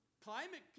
Climate